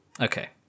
okay